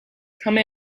come